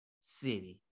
City